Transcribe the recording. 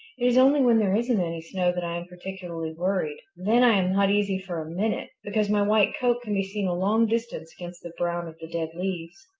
it is only when there isn't any snow that i am particularly worried. then i am not easy for a minute, because my white coat can be seen a long distance against the brown of the dead leaves.